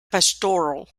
pastoral